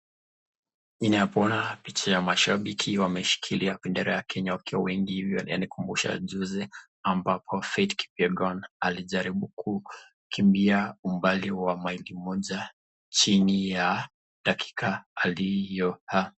Ninapoona picha ya mashabiki wameshika bendera ya Kenya wakiwa wengi hivi yanikumbusha juzi ambapo Faith kipyegon alijaribu kukimbia umbali wa maili moja, chini ya dakika aliyo.